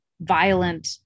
violent